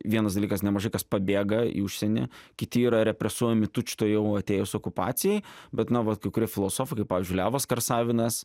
vienas dalykas nemažai kas pabėga į užsienį kiti yra represuojami tučtuojau atėjus okupacijai bet na vat kai kurie filosofai kaip pavyzdžiui levas karsavinas